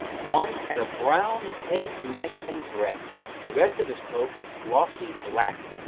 one had a brown head, neck and breast the rest of his coat was glossy black.